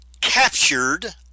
captured